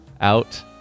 out